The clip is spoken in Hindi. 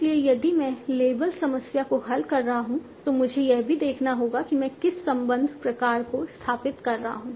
इसलिए यदि मैं लेबल समस्या को हल कर रहा हूं तो मुझे यह भी देखना होगा कि मैं किस संबंध प्रकार को स्थापित कर रहा हूं